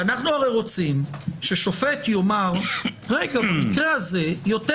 אנו הרי רוצים ששופט יאמר: במקרה הזה יותר